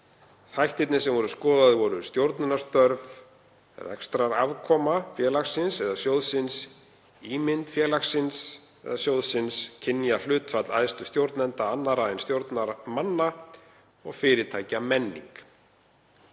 Þættirnir sem voru skoðaðir voru stjórnarstörf, rekstrarafkoma félagsins eða sjóðsins, ímynd félagsins eða sjóðsins, kynjahlutfall æðstu stjórnenda annarra en stjórnarmanna og fyrirtækjamenning.